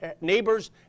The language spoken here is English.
neighbors